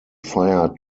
fired